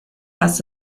has